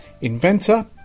inventor